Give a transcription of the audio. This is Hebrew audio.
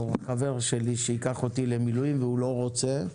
חבר שלי שייקח אותי למילואים והוא לא רוצה.